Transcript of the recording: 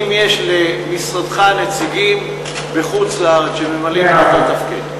אם יש למשרדך נציגים בחוץ-לארץ שממלאים את אותו תפקיד?